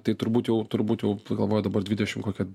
tai turbūt jau turbūt jau galvoju dabar dvidešim kokie